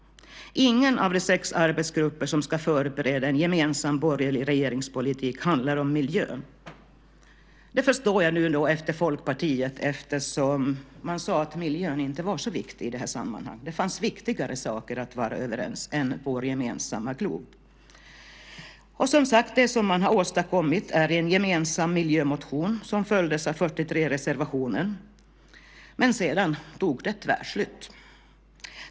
Ingen av de sex arbetsgrupper som ska förbereda en gemensam borgerlig regeringspolitik handlar om miljön. Det förstår jag nu eftersom Folkpartiet sade att miljön inte är så viktig i detta sammanhang utan att det fanns viktigare saker att vara överens om än vår gemensamma glob. Som sagt, det som man har åstadkommit är en gemensam miljömotion som följdes av 43 reservationer. Men sedan tog det tvärslut. Fru talman!